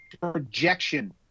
projection